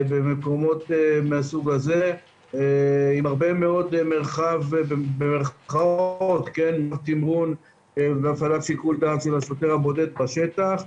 עם הרבה "מרחב" תמרון והפעלת שיקול דעת של השוטר הבודד בשטח.